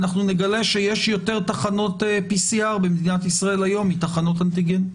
אנחנו נגלה שיש היום במדינת ישראל יותר תחנות PCR מתחנות אנטיגן,